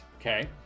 okay